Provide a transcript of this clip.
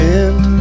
end